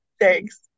Thanks